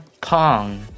Pong